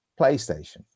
playstation